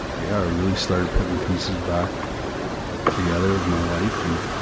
yeah, really started putting the pieces back together of my life, and,